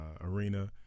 arena